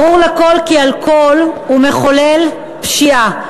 ברור לכול כי אלכוהול הוא מחולל פשיעה.